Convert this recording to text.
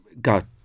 got